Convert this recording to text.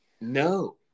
No